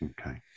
Okay